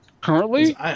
Currently